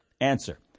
Answer